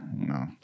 no